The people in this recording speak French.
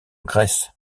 grèce